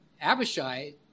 Abishai